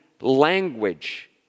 language